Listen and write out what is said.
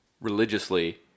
religiously